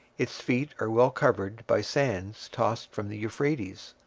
its feet are well covered by sands tossed from the euphrates,